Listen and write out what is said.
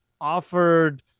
offered